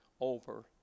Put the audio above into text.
over